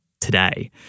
today